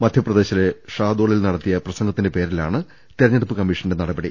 മധ്യപ്രദേശ്ചിലെ ഷാദോളിൽ നടത്തിയ പ്രസം ഗത്തിന്റെ പേരിലാണ് തെരഞ്ഞെടുപ്പ് കമ്മീഷന്റെ നടപടി